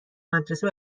مدرسه